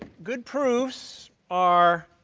good proofs are